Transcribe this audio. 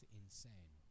insane